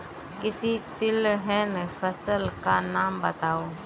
किसी तिलहन फसल का नाम बताओ